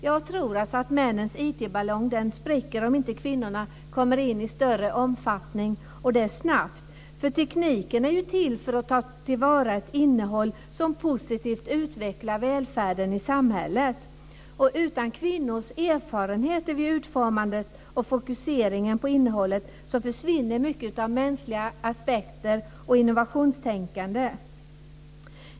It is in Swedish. Jag tror att männens IT-ballong spricker om kvinnorna inte snabbt kommer in i större omfattning. Tekniken är till för att ta till vara ett innehåll som positivt utvecklar välfärden i samhället. Utan kvinnors erfarenheter vid utformandet och fokuseringen på innehållet försvinner mycket av mänskliga aspekter och innovationstänkande.